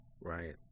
right